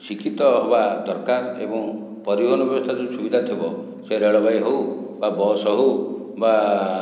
ଶିକ୍ଷିତ ହେବା ଦରକାର ଏବଂ ପରିବହନ ବ୍ୟବସ୍ଥା ଯଦି ସୁବିଧା ଥିବ ସେ ରେଳବାଇ ହେଉ ବା ବସ୍ ହେଉ ବା